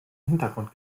hintergrund